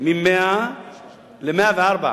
מ-100% ל-104%.